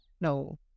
No